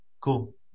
Cool